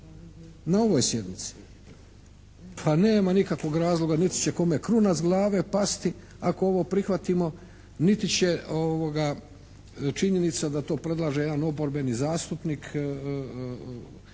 na ovoj sjednici. Pa nema nikakvog razloga, niti će kome kruna s glave pasti ako ovo prihvatimo niti će činjenica da to predlaže jedan oporbeni zastupnik umanjiti